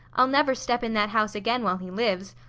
i'll never step in that house again while he lives.